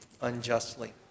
unjustly